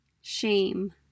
Shame